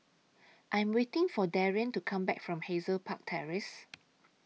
I Am waiting For Darrian to Come Back from Hazel Park Terrace